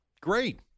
Great